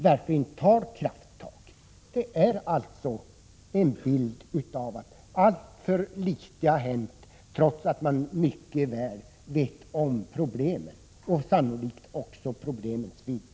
Situationen är den att alltför litet har hänt trots att man mycket väl känner till problemen och sannolikt också deras vidd.